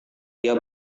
dia